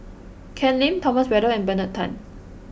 Ken Lim Thomas Braddell and Bernard Tan